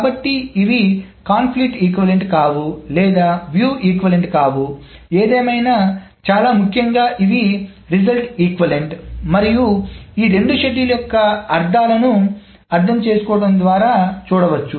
కాబట్టి ఇవి సంఘర్షణ సమానమైనవి కావు లేదా వీక్షణ సమానమైనవి కావు ఏదేమైనా చాలా ముఖ్యంగా ఇవి ఫలిత సమానమైనవి మరియు ఈ రెండు షెడ్యూల్స్ యొక్క అర్థాలను అర్థం చేసుకోవడం ద్వారా చూడవచ్చు